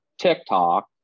TikTok